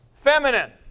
feminine